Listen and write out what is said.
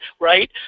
right